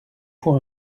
faut